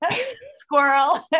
Squirrel